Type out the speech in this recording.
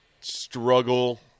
struggle